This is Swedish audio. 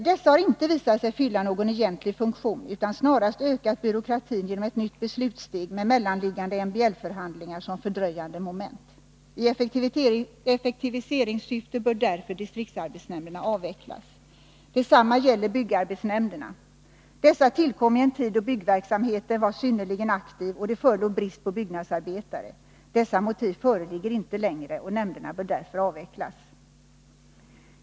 Dessa har inte visat sig fylla någon egentlig funktion utan har snarast ökat byråkratin genom ett nytt beslutssteg med mellanliggande MBL-förhandlingar som fördröjande moment. I effektiviseringssyfte bör därför distriktsarbetsnämnderna avvecklas. Detsamma gäller byggarbetsnämnderna. Dessa tillkom i en tid då byggverksamheten var synnerligen aktiv och det förelåg brist på byggnads arbetare. Dessa motiv föreligger inte längre, och nämnderna bör därför avvecklas.